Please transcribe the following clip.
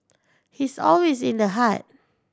he's always in the heart